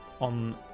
on